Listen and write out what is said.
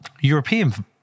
European